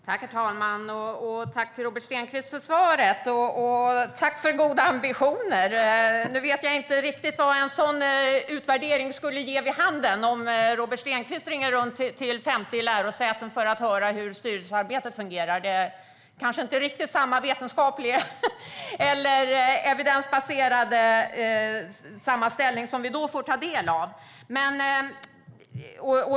Herr talman! Tack till Robert Stenkvist för svaret, och tack för goda ambitioner. Nu vet jag inte riktigt vad en sådan utvärdering skulle ge vid handen. Om Robert Stenkvist ringer runt till 50 lärosäten för att höra hur styrelsearbetet fungerar är det kanske inte samma evidensbaserade sammanställning som vi då får ta del av.